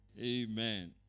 Amen